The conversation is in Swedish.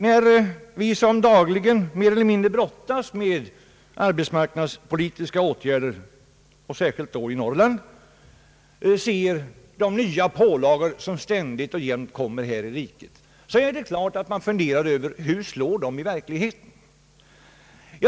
När vi som dagligen mer eller mindre brottas med arbetsmarknadspolitiska problem — särskilt då i Norrland — ser de nya pålagor som ständigt och jämt kommer i detta rike, är det klart att man funderar över hur det slår i verkligheten.